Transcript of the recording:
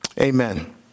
Amen